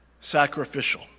sacrificial